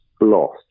lost